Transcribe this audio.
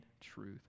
truth